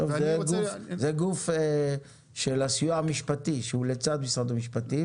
זה גוף של הסיוע המשפטי, שהוא לצד משרד המשפטים.